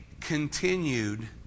continued